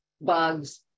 bugs